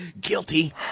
Guilty